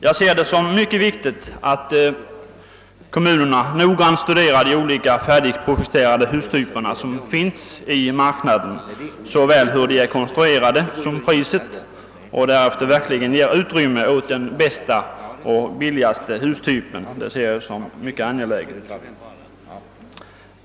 Jag ser det som mycket viktigt, att kommunerna noggrant studerar de olika färdigprojekterade hustyper som finns i marknaden, såväl i fråga om hur de är konstruerade som beträffande priset, och därefter verkligen ger utrymme åt .den bästa och billigaste hustypen.